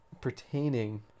pertaining